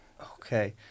Okay